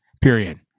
period